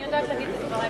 אני יודעת להגיד את דברי,